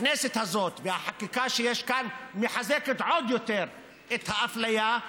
הכנסת הזאת והחקיקה שיש כאן מחזקות עוד יותר את האפליה,